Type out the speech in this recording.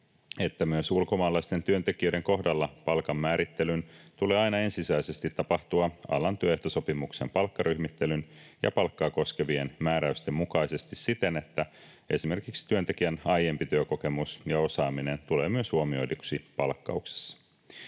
että myös ulkomaalaisten työntekijöiden kohdalla palkanmäärittelyn tulee aina ensisijaisesti tapahtua alan työehtosopimuksen palkkaryhmittelyn ja palkkaa koskevien määräysten mukaisesti siten, että esimerkiksi työntekijän aiempi työkokemus ja osaaminen tulee myös huomioiduksi palkkauksessa.